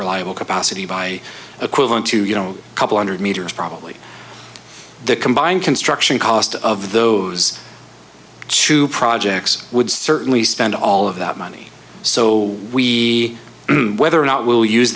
reliable capacity by equivalent to you know couple hundred meters probably the combined construction cost of those two projects would certainly spend all of that money so we whether or not we'll use